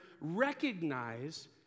recognize